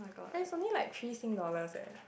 and is something like three sing dollars eh